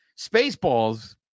Spaceballs